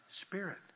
spirit